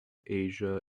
asia